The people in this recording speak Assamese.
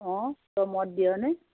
অঁ তই মত দিয়নে